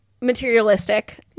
materialistic